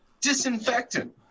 Disinfectant